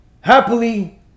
happily